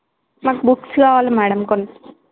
మాకు బుక్స్ కావాలి మేడమ్ కొన్ని